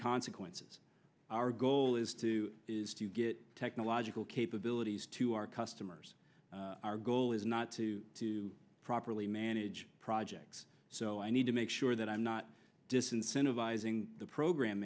consequences our goal is to is to get technological capabilities to our customers our goal is not to to properly manage projects so i need to make sure that i'm not